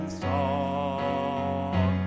song